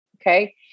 okay